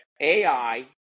AI